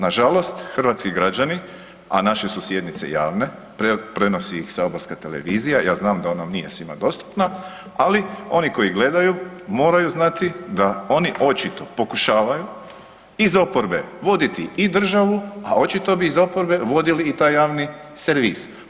Nažalost, hrvatski građani, a naše su sjednice javne, prenosi ih saborska televizija, ja znam da ona nije svima dostupna, ali oni koji gledaju, moraju znati da oni očito pokušavaju iz oporbe voditi i državu a očito bi iz oporbe vodili i taj javni servis.